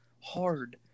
hard